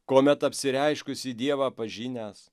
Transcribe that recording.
kuomet apsireiškusį dievą pažinęs